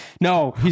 No